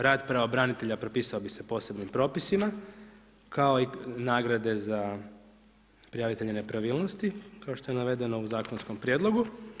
Rad pravobranitelja propisao bi se posebnim propisima kao i nagrade za prijavitelja nepravilnosti kao što je navedeno u zakonskom prijedlogu.